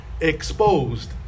exposed